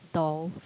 dolls